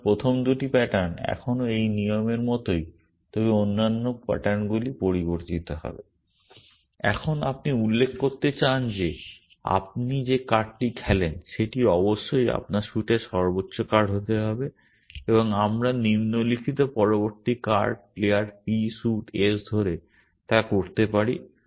সুতরাং প্রথম 2টি প্যাটার্ন এখনও এই নিয়মের মতোই তবে অন্যান্য প্যাটার্নগুলি পরিবর্তিত হবে । এখন আপনি উল্লেখ করতে চান যে আপনি যে কার্ডটি খেলেন সেটি অবশ্যই আপনার স্যুটের সর্বোচ্চ কার্ড হতে হবে এবং আমরা নিম্নলিখিত পরবর্তী card player p suit s ধরে তা করতে পারি